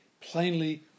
plainly